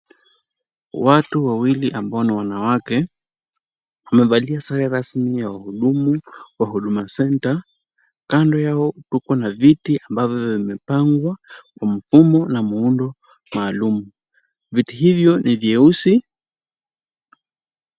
Watu wawili ambao ni wanawake, wamevalia sare rasmi ya wahudumu wa Huduma Center. Kando yao tuko na viti ambavyo vimepangwa kwa mfumo na muundo maalum. Viti hivyo ni vyeusi.